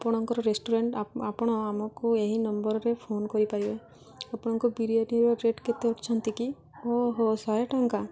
ଆପଣଙ୍କର ରେଷ୍ଟୁରାଣ୍ଟ୍ ଆପଣ ଆମକୁ ଏହି ନମ୍ବର୍ରେ ଫୋନ୍ କରିପାରିବେ ଆପଣଙ୍କ ବିରିୟାନିର ରେଟ୍ କେତେ ଅଛନ୍ତି କି ଓହୋ ଶହେ ଟଙ୍କା